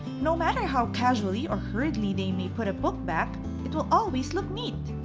no matter how casually or hurriedly they may put a book back it will always look neat!